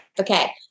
okay